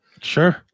Sure